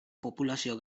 populazio